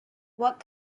what